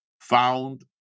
found